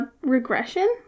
regression